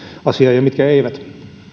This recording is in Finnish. asiaa ja mitkä eivät